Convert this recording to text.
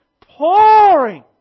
pouring